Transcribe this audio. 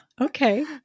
okay